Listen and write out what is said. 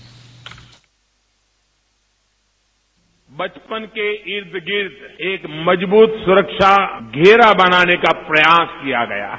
bite बचपन के ईद गिर्द एक मजबूत सुरक्षा घेरा बनाने का प्रयास किया गया है